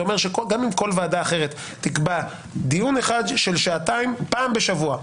זה אומר שגם אם כל ועדה אחרת תקבע דיון אחד של שעתיים פעם בשבוע,